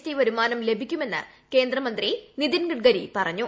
T വരുമാനം ലഭിക്കുമെന്ന് കേന്ദ്രമന്ത്രി നിതിൻ ഗഡ്കരി പറഞ്ഞു